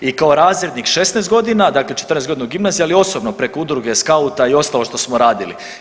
I kao razrednik 16 godina, dakle 14 godina u gimnaziji, ali i osobno preko udruge, skauta i ostalo što smo radili.